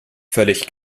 völlig